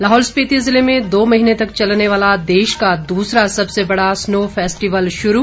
लाहौल स्पीति ज़िले में दो महीने तक चलने वाला देश का दूसरा सबसे बड़ा स्नो फैस्टिवल शुरू